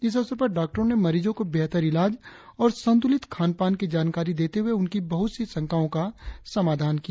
इस अवसर पर डॉक्टरो ने मरीजों को बेहतर ईलाज और संतुलित खान पान की जानकारी देते हुए उनकी बहुत सी शंकाओ का समाधान किया